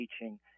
teaching